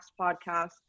Podcast